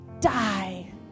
Die